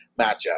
matchup